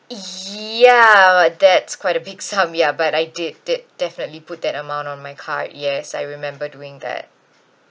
ya that's quite a big sum ya but I did did definitely put that amount on my card yes I remember doing that